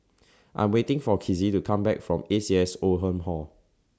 I'm waiting For Kizzy to Come Back from A C S Oldham Hall